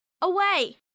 away